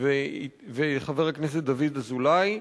וחבר הכנסת דוד אזולאי,